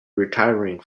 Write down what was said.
retiring